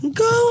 go